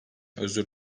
özür